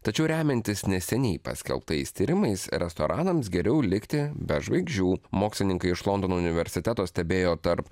tačiau remiantis neseniai paskelbtais tyrimais restoranams geriau likti be žvaigždžių mokslininkai iš londono universiteto stebėjo tarp